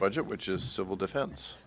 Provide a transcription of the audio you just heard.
budget which is civil defen